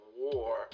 war